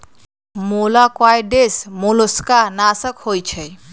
मोलॉक्साइड्स मोलस्का नाशक होइ छइ